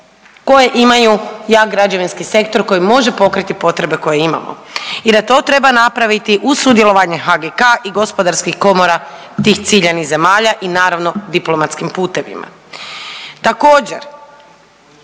koje imaju jak građevinski sektor koji može pokriti potrebe koje imamo i da to treba napraviti uz sudjelovanje HGK i gospodarskih komora tih ciljanih zemalja i naravno, diplomatskim putevima. Također,